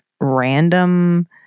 random